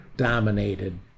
dominated